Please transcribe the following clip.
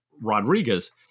Rodriguez